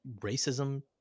racism